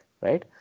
right